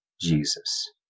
Jesus